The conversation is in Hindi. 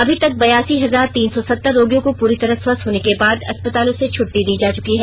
अभी तक बयासी हजार तीन सौ सत्तर रोगियों को पूरी तरह स्वस्थ होने के बाद अस्पतालों से छुट्टी दी जा चुकी है